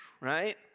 Right